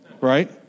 right